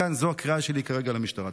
מכאן זו הקריאה שלי כרגע למשטרה.